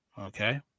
Okay